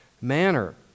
manner